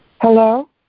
hello